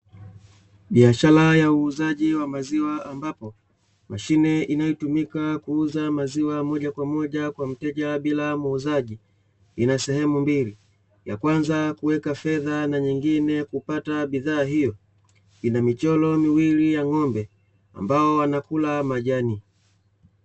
Biashara ya uuzaji wa maziwa ambapo, mashine inayotumika kuuza maziwa moja kwa moja kwa mteja bila muuzaji, ina sehemu mbili ya kwanza kuweka fedha na nyingine kupata bidhaa hiyo, ina michoro miwili ya ng'ombe ambao wanakula majani.